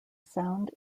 sound